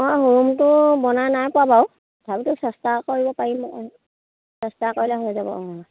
মই হুৰুমটো বনাই নাই পোৱা বাউ চেষ্টা কৰিব পাৰিম চেষ্টা কৰিলে হৈ যাব